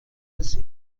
des